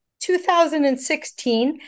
2016